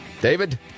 David